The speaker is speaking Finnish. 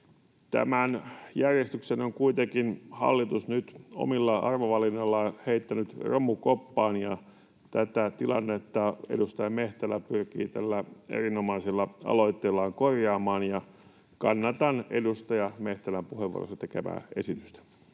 Tämän järjestyksen on kuitenkin hallitus nyt omilla arvovalinnoillaan heittänyt romukoppaan, ja tätä tilannetta edustaja Mehtälä pyrkii tällä erinomaisella aloitteellaan korjaamaan. Kannatan edustaja Mehtälän puheenvuorossaan tekemää esitystä.